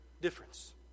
difference